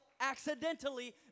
accidentally